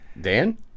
Dan